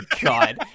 God